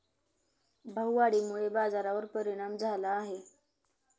भाववाढीमुळे बाजारावर परिणाम झाला आहे